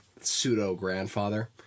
pseudo-grandfather